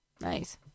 Nice